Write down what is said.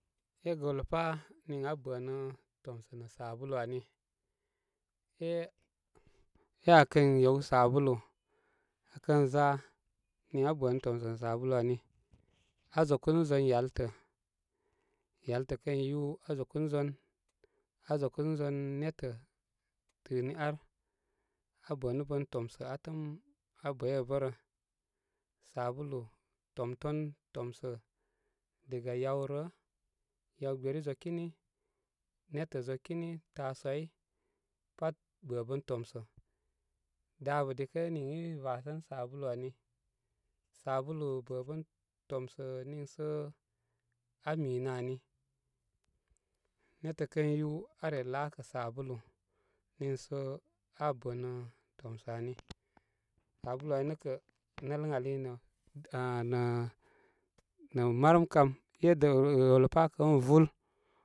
E gəwlə pá nii aa bə nə tomsə nə sabulu ani eé akən yew sabulu, aa kən za, nii aa bə nə tomsə nə sabulu ani aa zokunuzon yaltə, yaltə kən yú aa zokunu zon, aa zokunu zən nétə tɨni ar aa bənu bən tomsə atəm abəybəbərə. Sabulu tomton tomsə diga yawrə, yaw gberi zokini nétə zokini, tasuwai pat bəbən tomsə dabə dikə nii i vasənə sabulu ani sabulu bəbən tomsə niisə aa minə ani nétə kən yú are laakə sabulu niiso abənə tomsə ani sabulu ai nə kə nɨt lən ali nə áa nə nə marəm kam, e gəwlə pákə ən vul.